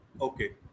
Okay